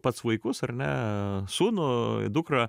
pats vaikus ar ne sūnų dukrą